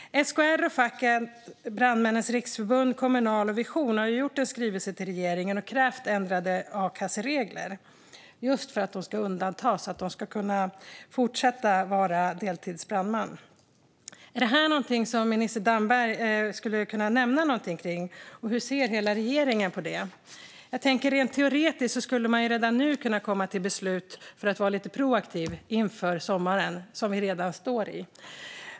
SKR och facken Brandmännens Riksförbund, Kommunal och Vision har lämnat en skrivelse till regeringen och krävt ändrade a-kasseregler för att dessa personer ska undantas så att de ska kunna fortsätta att vara deltidsbrandmän. Är detta någonting som minister Damberg skulle kunna nämna något om? Hur ser hela regeringen på det? Rent teoretiskt skulle man redan nu kunna komma till beslut för att vara lite proaktiv inför sommaren, som vi redan står i.